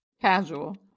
Casual